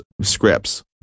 scripts